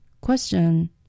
Question